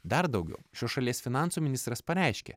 dar daugiau šios šalies finansų ministras pareiškė